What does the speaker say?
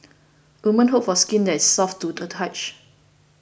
women hope for skin that is soft to the touch